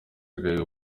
agahigo